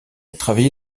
travaillé